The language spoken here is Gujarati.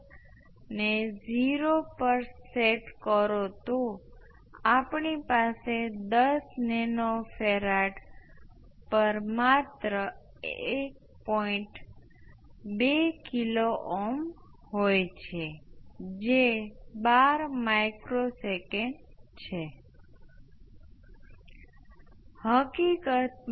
I 1 ને અનંત પર આપણે મેળવ્યું એ R 2 R 1 R 2 × I s અને 0 પર I 1 એ L 2 L 1 L 2 × I s I 1 અનંત પર જે R 2 R 1 R 2 × I s ઘાતાંકીય t ટાઉ છે હું ટાઉ પ્રતીક લખીશ પરંતુ આપણે જાણીએ છીએ કે ટાઉ એ L 1 L 2 ને R 1 R 2 સાથેના વિભાજન બરાબર છે તેથી આ I 1 ના t માટેની અભિવ્યક્તિ છે